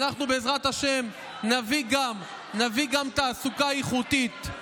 בעזרת השם, אנחנו גם נביא תעסוקה איכותית,